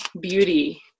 beauty